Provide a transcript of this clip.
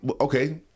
okay